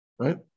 Right